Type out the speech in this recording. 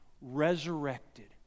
resurrected